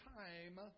time